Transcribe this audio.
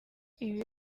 ibiro